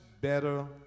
better